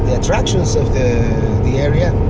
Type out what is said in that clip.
attractions of the the area.